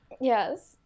Yes